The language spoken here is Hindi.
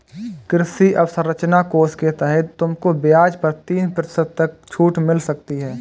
कृषि अवसरंचना कोष के तहत तुमको ब्याज पर तीन प्रतिशत तक छूट मिल सकती है